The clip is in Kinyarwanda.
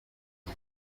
uyu